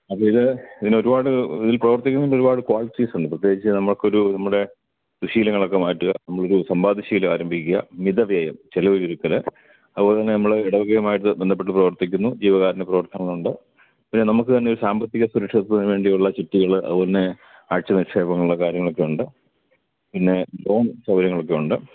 അപ്പോഴിത് ഇതിനൊരുപാട് ഇതിൽ പ്രവർത്തിക്കുമ്പോളൊരുപാട് ക്വാളിറ്റീസുണ്ട് പ്രത്യേകിച്ച് നമ്മള്ക്കൊരു നമ്മുടെ ദുശ്ശീലങ്ങളൊക്കെ മാറ്റുക നമ്മളൊരു സമ്പാദ്യശീലം ആരംഭിക്കുക മിതവ്യയം ചെലവു ചുരുക്കല് അതുപോലെതന്നെ നമ്മള് ഇടവകയുമായിട്ട് ബന്ധപ്പെട്ട് പ്രവർത്തിക്കുന്നു ജീവകാരുണ്യ പ്രവർത്തനങ്ങളുണ്ട് പിന്നെ നമ്മള്ക്കു തന്നെ സാമ്പത്തിക സുരക്ഷിതത്വത്തിനു വേണ്ടിയുള്ള ചിട്ടികള് അതുപോലെതന്നെ ആഴ്ച നിക്ഷേപങ്ങള് കാര്യങ്ങളൊക്കെയുണ്ട് പിന്നെ ലോൺ സൗകര്യങ്ങളൊക്കെയുണ്ട്